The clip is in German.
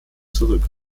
zurück